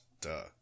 Duh